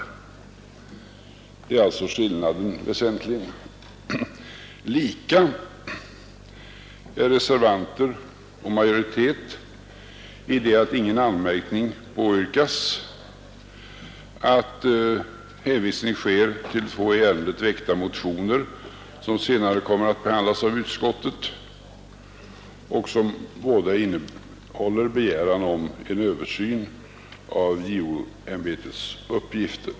Detta är den väsentliga skillnaden. Reservanter och majoritet är eniga i så måtto att ingen anmärkning påyrkas och att hänvisning sker till två i ärendet väckta motioner, som senare kommer att behandlas av utskottet och som båda innehåller begäran om en översyn av JO-ämbetets uppgifter.